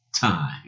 time